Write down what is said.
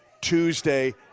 Tuesday